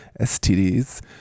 STDs